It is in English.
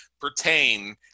pertain